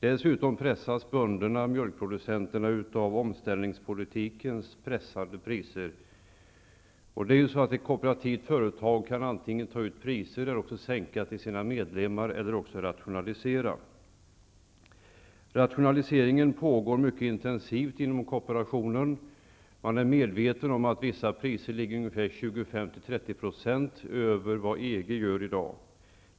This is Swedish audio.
Dessutom pressas bönderna, mjölkproducenterna, av omställningspolitikens pressade priser. Ett kooperativt företag kan då antingen ta ut högre priser, sänka priserna till sina medlemmar eller rationalisera. Det pågår en mycket intensiv rationalisering inom kooperationen. Man är medveten om att vissa priser i dag ligger 25 -- 30 % över motsvarande priser inom EG.